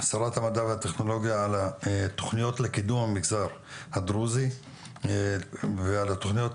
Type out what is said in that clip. שרת המדע והטכנולוגיה על התוכניות לקידום המגזר הדרוזי ועל התכנית